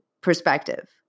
perspective